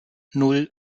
nan